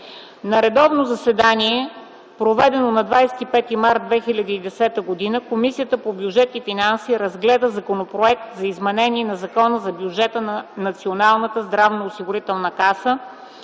редовно заседание, проведено на 18 март 2010 г., Комисията по здравеопазване разгледа и обсъди Законопроект за изменение на Закона за бюджета на Националната здравноосигурителна каса